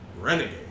renegade